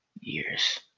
years